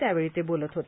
त्यावेळी ते बोलत होते